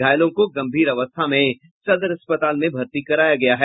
घायलों को गम्भीर अवस्था में सदर अस्पताल में भर्ती कराया गया है